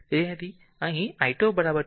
તેથી અહીં i2 2 i 3 મૂકો